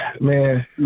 Man